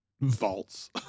vaults